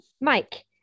Mike